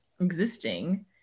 existing